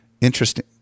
Interesting